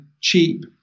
cheap